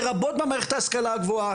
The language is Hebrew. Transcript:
לרבות במערכת ההשכלה הגבוהה.